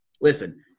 Listen